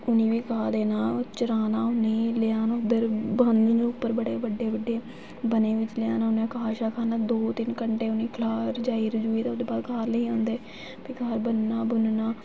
उ'नें बी घाऽ देना चराना उ'नें ई लेआना उद्धर उप्पर बड़े बड्डे वनें बिच लेआना उ'नें घाऽ छाऽ दो तिन्न घैंटे उ'नें ई खलाऽ रजाई रजुई दा ओह्दे बाद घर लेई आंदे भी तुसें घर बनना बुनना